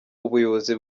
ubuyobozi